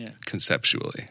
Conceptually